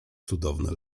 cudowny